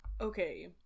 Okay